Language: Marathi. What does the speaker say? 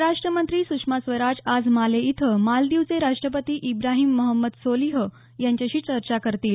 परराष्टमंत्री सुषमा स्वराज आज माले इथं मालदीवचे राष्टपती इब्राहिम मोहम्मद सोलिह यांच्याशी चर्चा करतील